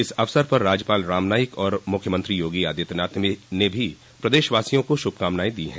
इस अवसर पर राज्यपाल रामनाईक और मुख्यमंत्री योगी आदित्यनाथ ने भी प्रदेशवासियों को शुभकामनाएं दी हैं